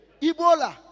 Ebola